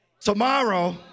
tomorrow